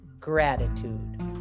gratitude